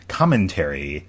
commentary